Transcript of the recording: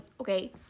okay